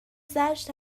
زجر